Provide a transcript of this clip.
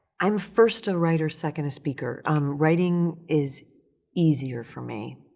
i'm first a writer, second a speaker. um writing is easier for me